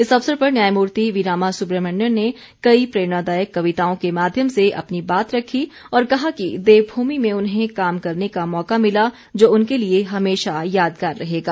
इस अवसर पर न्यायमूर्ति वीरामा सुब्रमण्यन ने कई प्रेरणादायक कविताओं के माध्यम से अपनी बात रखी और कहा कि देवभूमि में उन्हें काम करने का मौका मिला जो उनके लिए हमेशा यादगार रहेगा